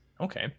Okay